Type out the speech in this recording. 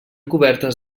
cobertes